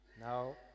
Now